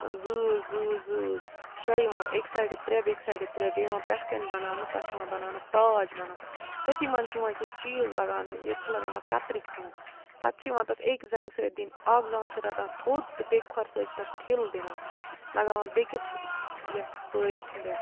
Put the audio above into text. زۭز زۭز زۭز شےٚ یِوان اَکہِ سایڈٕ ترٛےٚ بیٚکہِ سایڈٕ ترٛےٚ بیٚیہِ یِوان پٮ۪ٹھٕ کَنہِ بَناونہٕ تَتھ یِوان بَناونہٕ تاج وَنان تٔتھی منٛز چھِ یِوان کیٚنٛہہ چیٖز لَگاونہٕ ییٚتہِ چھِ لگاوان کَترِ کھٔنٛڈ پَتہٕ چھِ یِوان تَتھ اَکہِ زَنٛگہِ سۭتۍ دِنہِ اَکھ زَنٛگ چھِ رَٹان تھوٚد تہٕ بیٚکہِ کھۄر سۭتۍ چھِ تَتھ ٹھِل دِوان لَگاوان بیٚکِس یَتھ پٲیِس پٮ۪ٹھ